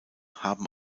haben